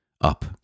Up